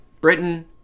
Britain